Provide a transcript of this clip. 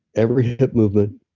every hip movement,